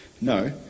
No